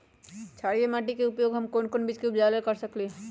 क्षारिये माटी के उपयोग हम कोन बीज के उपजाबे के लेल कर सकली ह?